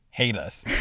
hate us.